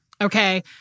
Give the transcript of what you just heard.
Okay